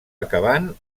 acabant